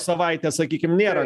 savaitės sakykim nėra